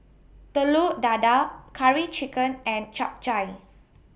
Telur Dadah Curry Chicken and Chap Chai